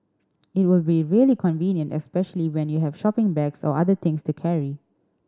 it would be really convenient especially when you have shopping bags or other things to carry